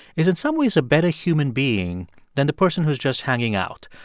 is in some ways a better human being than the person who's just hanging out.